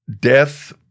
death